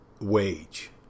wage